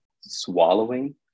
swallowing